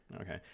Okay